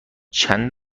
چند